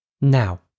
Now